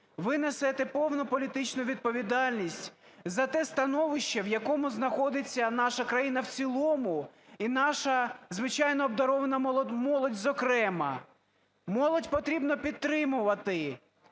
Ви несете повну політичну відповідальність за те становище, в якому знаходиться наша країна в цілому і наша, звичайно, обдарована молодь зокрема. Молодь потрібно підтримувати.